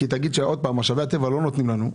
כי תגיד שמשאבי הטבע לא נותנים לנו,